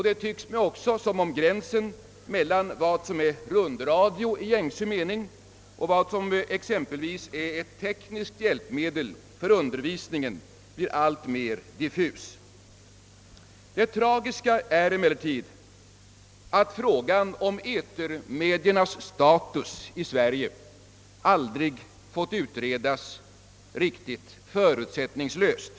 Det tycks mig också som om gränsen mellan vad som är rundradio i gängse mening och vad som är exempelvis tekniska hjälpmedel för undervisningen blir alltmer diffus. Det tragiska är emellertid att frågan om etermediernas status i Sverige aldrig har fått utredas riktigt förutsättningslöst.